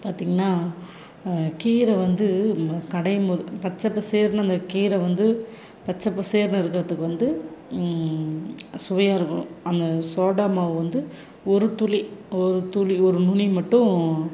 பார்த்தீங்கன்னா கீரை வந்து கடையும் போது பச்சை பசேர்னு அந்த கீரை வந்து பச்சை பசேர்னு இருக்கிறதுக்கு வந்து சுவையாக இருக்கும் அந்த சோடா மாவு வந்து ஒரு துளி ஒரு துளி ஒரு நுனி மட்டும்